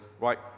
right